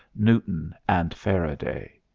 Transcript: newton and faraday.